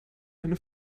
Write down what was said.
eine